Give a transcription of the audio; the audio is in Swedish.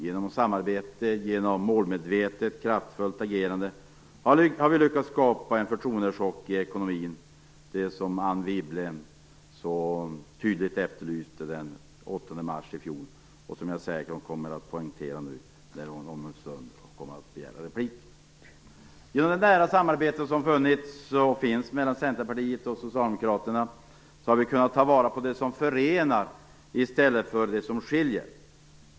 Genom samarbete och genom målmedvetet kraftfullt agerande har vi lyckats skapa en förtroendechock i ekonomin - just det som Anne Wibble så tydligt efterlyste den 8 mars i fjol, vilket hon säkert kommer att poängtera när hon om en stund begär replik. Genom det nära samarbete som funnits och finns mellan Centerpartiet och Socialdemokraterna har vi kunnat ta vara på det som förenar i stället för det som skiljer.